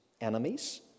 enemies